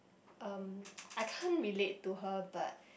um I can't relate to her but